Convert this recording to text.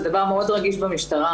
זה דבר מאוד רגיש במשטרה.